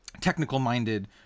technical-minded